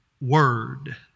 word